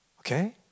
Okay